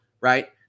right